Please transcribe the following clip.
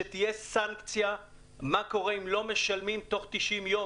שתהיה סנקציה מה קורה אם לא משלמים תוך 90 יום.